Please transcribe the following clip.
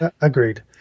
agreed